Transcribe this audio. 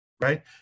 right